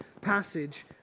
passage